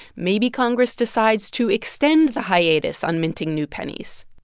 maybe congress decides to extend the hiatus on minting new pennies.